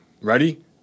Ready